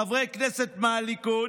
חברי כנסת מהליכוד,